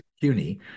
cuny